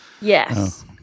Yes